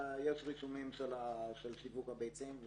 יש רישומים של שיווק הביצים.